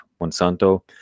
Monsanto